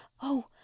Oh